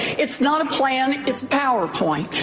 it's not a plan, it's powerpoint,